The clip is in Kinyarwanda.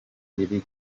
iri